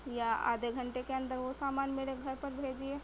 یا آدھے گھنٹے کے اندر وہ سامان میرے گھر پر بھیجیے